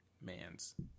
Man's